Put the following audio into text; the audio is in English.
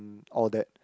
all that